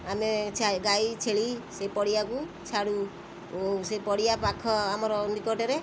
ଆମେ ଛାଇ ଗାଈ ଛେଳି ସେଇ ପଡ଼ିଆକୁ ଛାଡ଼ୁ ଓ ସେ ପଡ଼ିଆ ପାଖ ଆମର ନିକଟରେ